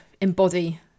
embody